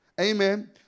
Amen